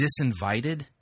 disinvited